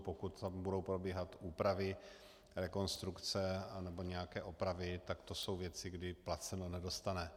Pokud tam budou probíhat úpravy, rekonstrukce anebo nějaké opravy, tak to jsou věci, kdy placeno nedostane.